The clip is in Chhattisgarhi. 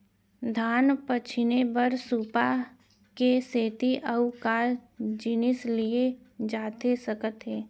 धान पछिने बर सुपा के सेती अऊ का जिनिस लिए जाथे सकत हे?